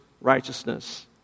righteousness